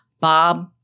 Bob